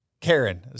Karen